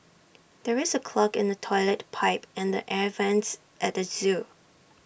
there is A clog in the Toilet Pipe and the air Vents at the Zoo